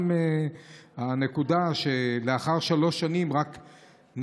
גם הנקודה שרק לאחר שלוש שנים נתנו